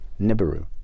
Nibiru